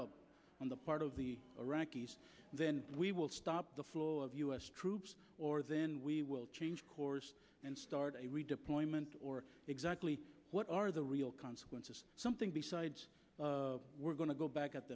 up on the part of the iraqis then we will stop the flow of u s troops or then we will change course and start a redeployment or exactly what are the real consequences something besides we're going to go back at